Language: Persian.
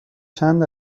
چند